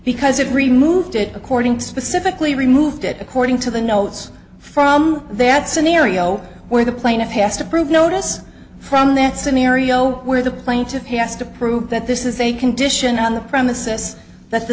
because it removed it according to specifically removed it according to the notes from there at scenario where the plaintiff has to prove notice from that scenario where the plaintiff has to prove that this is a condition on the premises that the